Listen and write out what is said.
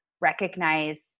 recognize